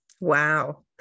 Wow